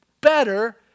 better